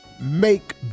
make